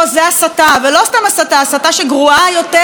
הסתה שגרועה יותר מההסתה שהייתה כלפי רבין.